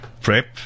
PrEP